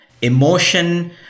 emotion